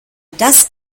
das